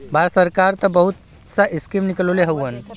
भारत सरकार त बहुत सा स्कीम निकलले हउवन